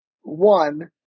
one